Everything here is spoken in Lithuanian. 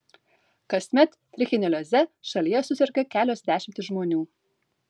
kasmet trichinelioze šalyje suserga kelios dešimtys žmonių